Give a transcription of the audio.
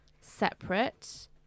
separate